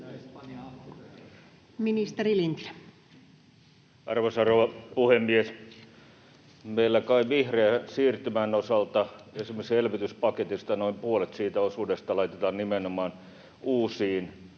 Ministeri Lintilä. Arvoisa rouva puhemies! Meillä kai vihreän siirtymän osalta noin puolet esimerkiksi elvytyspaketin osuudesta laitetaan nimenomaan uusiin